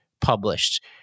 published